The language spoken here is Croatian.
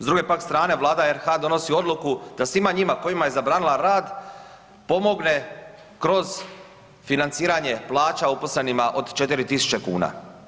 S druge pak strane, Vlada RH donosi odluku da svima njima kojima je zabranila rad, pomogne kroz financiranje plaća uposlenima od 4000 kuna.